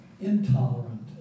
intolerant